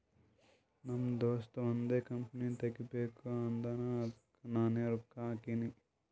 ನಮ್ ದೋಸ್ತ ಒಂದ್ ಕಂಪನಿ ತೆಗಿಬೇಕ್ ಅಂದಾನ್ ಅದ್ದುಕ್ ನಾನೇ ರೊಕ್ಕಾ ಹಾಕಿನಿ